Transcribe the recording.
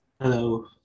Hello